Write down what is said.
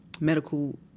medical